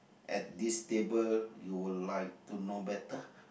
at this table you would like to know better